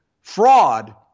fraud